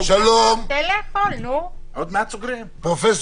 גם פרופ'